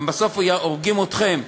גם בסוף הורגים אתכם,